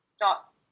dot